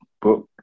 book